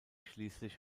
schließlich